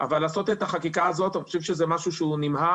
אבל לעשות את החקיקה הזאת אני חושב שזה משהו נמהר,